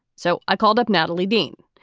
so i called up natalie dean.